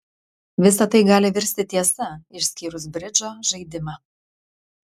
visa tai gali virsti tiesa išskyrus bridžo žaidimą